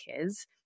kids